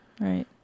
right